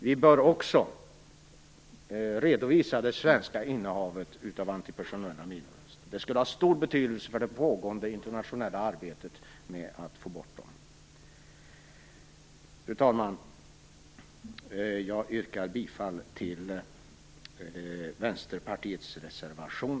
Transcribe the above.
Vi bör också redovisa det svenska innehavet av antipersonella minor. Det skulle ha stor betydelse för det pågående internationella arbetet med att få bort dem. Fru talman! Jag yrkar bifall till Vänsterpartiets reservation.